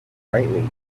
brightly